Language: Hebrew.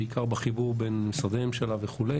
בעיקר בחיבור בין משרדי ממשלה וכו'.